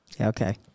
okay